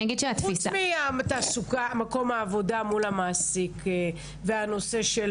חוץ ממקום העבודה מול המעסיק והנושא של